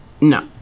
No